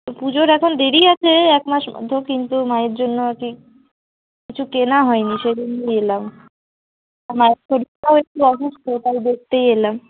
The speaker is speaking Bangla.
পুজোর এখন দেরি আছে একমাস মতো কিন্তু মায়ের জন্য আর কি কিছু কেনা হয়নি সেই জন্য এলাম আর মায়ের শরীরটাও একটু অসুস্থ তাই দেখতে এলাম